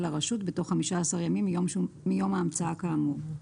הרשות בתוך 15 ימים מיום ההמצאה כאמור.